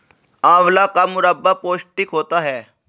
आंवला का मुरब्बा पौष्टिक होता है